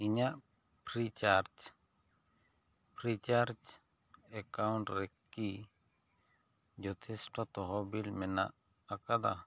ᱤᱧᱟᱹᱜ Freecharge Freecharge account ᱨᱮ ᱠᱤ ᱡᱚᱛᱷᱮᱥᱴᱚ ᱛᱚᱦᱚᱵᱤᱞ ᱢᱮᱱᱟᱜ ᱟᱠᱟᱫᱟ